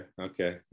okay